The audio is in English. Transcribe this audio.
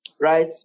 right